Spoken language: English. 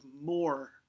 more